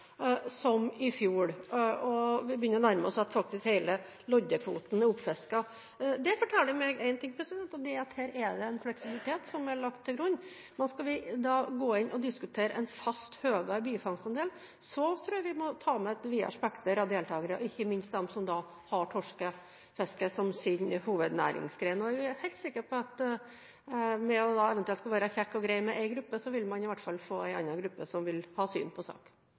fjor. Vi begynner faktisk å nærme oss at hele loddekvoten er oppfisket. Det forteller meg én ting, og det er at her er det lagt en fleksibilitet til grunn. Men om vi skal gå inn og diskutere en fast høyere bifangstandel, tror jeg vi må ta med et videre spekter av deltagere, ikke minst dem som har torskefiske som sin hovednæringsgren. Jeg er helt sikker på at om man eventuelt skal være kjekk og grei med én gruppe, vil man få i hvert fall en annen gruppe som har syn på saken.